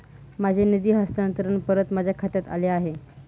माझे निधी हस्तांतरण परत माझ्या खात्यात आले आहे